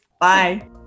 bye